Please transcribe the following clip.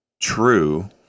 true